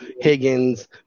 Higgins